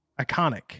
Iconic